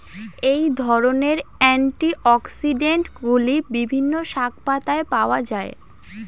এই ধরনের অ্যান্টিঅক্সিড্যান্টগুলি বিভিন্ন শাকপাতায় পাওয়া য়ায়